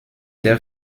there